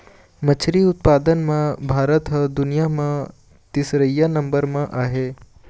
मछरी उत्पादन म भारत ह दुनिया म तीसरइया नंबर म आहे